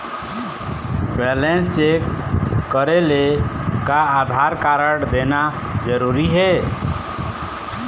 Balance check करेले का Aadhaar card देना जरूरी हे?